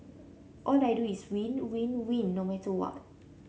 all I do is win win win no matter what